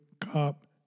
Cop